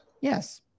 Yes